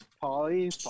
Polly